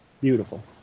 beautiful